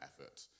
effort